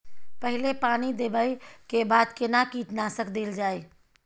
पहिले पानी देबै के बाद केना कीटनासक देल जाय?